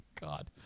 God